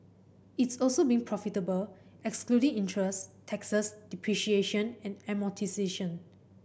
it's also been profitable excluding interest taxes depreciation and amortisation